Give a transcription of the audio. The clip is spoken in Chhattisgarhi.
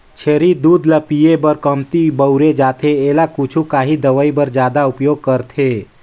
छेरी दूद ल पिए बर कमती बउरे जाथे एला कुछु काही दवई बर जादा उपयोग करथे